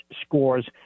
scores